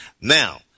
Now